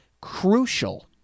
crucial